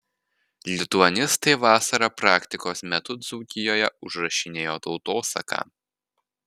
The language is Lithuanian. lituanistai vasarą praktikos metu dzūkijoje užrašinėjo tautosaką